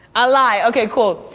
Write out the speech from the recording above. ahlie, okay cool.